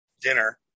dinner